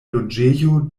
loĝejo